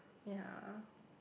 ya